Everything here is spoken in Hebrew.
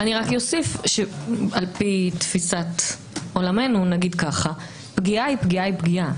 לפי תפיסת עולמנו, פגיעה היא פגיעה היא פגיעה.